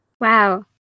Wow